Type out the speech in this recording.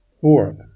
fourth